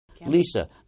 Lisa